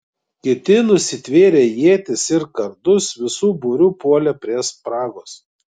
kiti nusitvėrę ietis ir kardus visu būriu puolė prie spragos